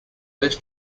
this